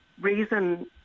reason